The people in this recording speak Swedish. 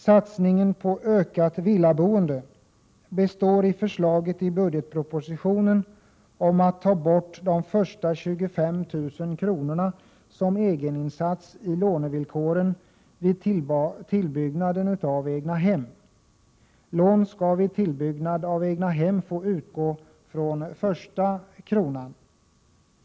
Satsningen på ökat villaboende består i förslaget i budgetpropositionen om att ta bort de första 25 000 kronorna som egeninsats när det gäller lånevillkoren vid tillbyggnad av egna hem. Lån skall vid tillbyggnad av egnahem få utgå från första kronan.